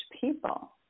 people